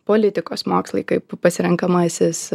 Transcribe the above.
politikos mokslai kaip pasirenkamasis